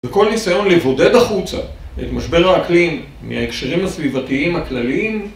וכל ניסיון לבודד החוצה את משבר האקלים מההקשרים הסביבתיים הכלליים